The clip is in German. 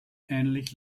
ähnlich